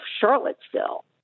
Charlottesville